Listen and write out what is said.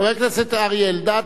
חבר הכנסת אריה אלדד,